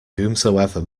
whomsoever